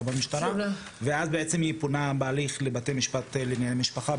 במשטרה ואז בעצם היא פונה בהליך לבתי משפט לענייני משפחה,